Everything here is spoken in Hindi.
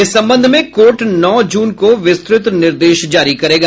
इस संबंध में कोर्ट नौ जून को विस्तृत निर्देश जारी करेगा